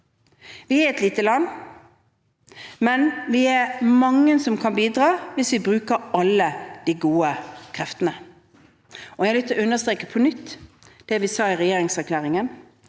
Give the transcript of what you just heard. Vi er et lite land, men vi er mange som kan bidra, hvis vi bruker alle de gode kreftene. Jeg vil på nytt understreke det vi sa i regjeringserklæringen: